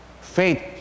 faith